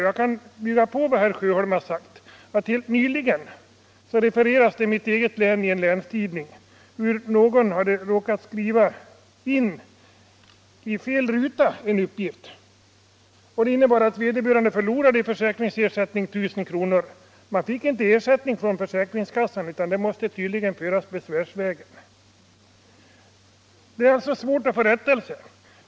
Jag kan bygga på vad herr Sjöholm har sagt och tala om att helt nyligen refererades i en tidning i mitt eget län hur en person hade råkat skriva in en uppgift i fel ruta och att det innebar att vederbörande förlorade 1000 kr. i försäkringsersättning. Han fick inte ersättningen från försäkringskassan, utan saken måste tas upp besvärsvägen. Det är alltså svårt att få rättelse.